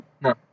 No